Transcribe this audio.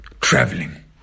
traveling